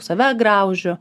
save graužiu